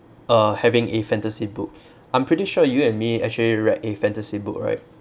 err having a fantasy book I'm pretty sure you and me actually read a fantasy book right